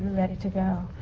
ready to go.